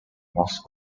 most